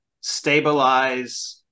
stabilize